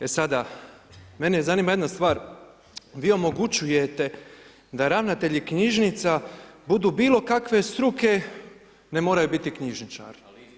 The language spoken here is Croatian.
E sada, mene zanima jedna stvar, vi omogućujete da ravnatelji knjižnica budu bilo kakve struke, ne moraju biti knjižničari.